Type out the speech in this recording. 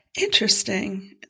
Interesting